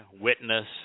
witness